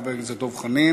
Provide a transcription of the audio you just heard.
חבר הכנסת דב חנין,